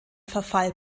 verfall